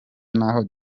n’aho